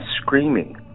screaming